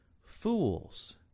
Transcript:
fools